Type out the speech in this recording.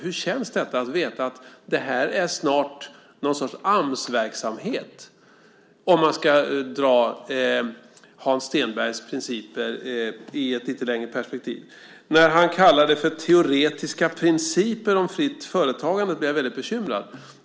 Hur känns det att veta att detta snart är något slags Amsverksamhet, om man ska dra Hans Stenbergs principer i ett lite längre perspektiv. När han kallar detta för teoretiska principer om fritt företagande blir jag väldigt bekymrad.